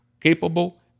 capable